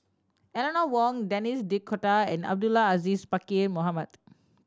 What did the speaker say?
Eleanor Wong Denis D'Cotta and Abdul Aziz Pakkeer Mohamed